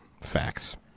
Facts